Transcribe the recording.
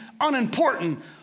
unimportant